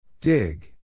Dig